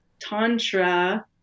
tantra